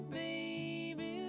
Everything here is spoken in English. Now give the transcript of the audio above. baby